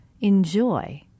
enjoy